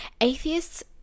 atheists